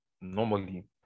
normally